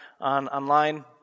online